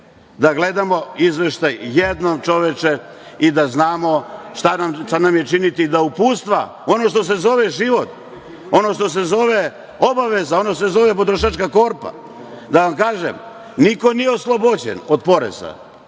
da gledamo izveštaj i da znamo šta nam je činiti, ono što se zove život, ono što se zove obaveza, ono što se zove potrošačka korpa. Da vam kažem - niko nije oslobođen od poreza.